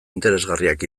interesgarriak